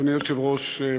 אדוני היושב-ראש.